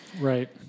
Right